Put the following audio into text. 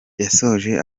yashoje